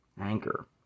Anchor